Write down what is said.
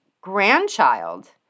grandchild